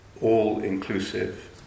all-inclusive